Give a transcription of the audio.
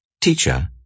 Teacher